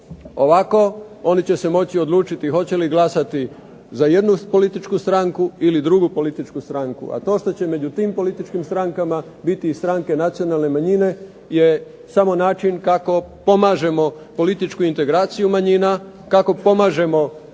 Ovako oni će se moći odlučiti hoće li glasati za jednu političku stranku ili drugu političku stranku, a to što će među tim političkim strankama biti i stranke nacionalne manjine je samo način kako pomažemo političku integraciju manjina, kako pomažemo integraciju